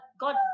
God